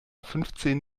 fünfzehn